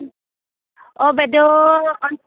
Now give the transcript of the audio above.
অঁ বাইদেউ